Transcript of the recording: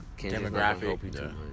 Demographic